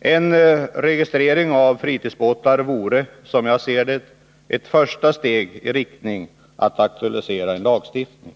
En registrering av fritidsbåtar vore, som jag ser det, ett första steg i riktning mot att aktualisera en lagstiftning.